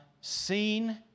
seen